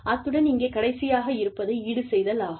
அத்துடன் இங்கே கடைசியாக இருப்பது ஈடுசெய்தல் ஆகும்